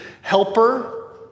Helper